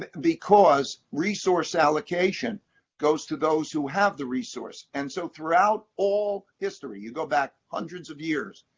because resource allocation goes to those who have the resource. and so throughout all history, you go back hundreds of years,